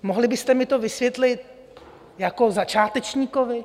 Mohli byste mi to vysvětlit jako začátečníkovi?